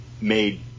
made